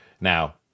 now